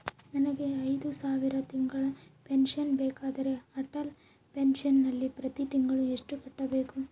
ನನಗೆ ಐದು ಸಾವಿರ ತಿಂಗಳ ಪೆನ್ಶನ್ ಬೇಕಾದರೆ ಅಟಲ್ ಪೆನ್ಶನ್ ನಲ್ಲಿ ಪ್ರತಿ ತಿಂಗಳು ಎಷ್ಟು ಕಟ್ಟಬೇಕು?